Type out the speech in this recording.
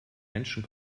menschen